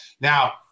Now